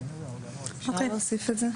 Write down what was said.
אפשר להוסיף את זה?